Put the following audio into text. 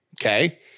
Okay